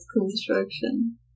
construction